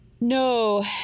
No